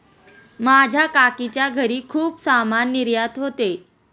माझ्या काकीच्या घरी खूप सामान निर्यात होते